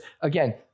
again